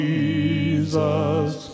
Jesus